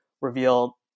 reveal